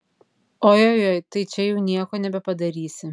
ojojoi tai čia jau nieko nebepadarysi